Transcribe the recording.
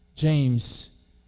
James